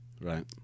Right